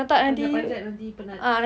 panjat-panjat nanti penat